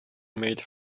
made